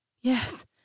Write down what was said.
Yes